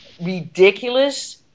ridiculous